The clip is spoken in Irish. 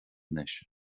anois